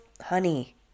honey